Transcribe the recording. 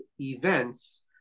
events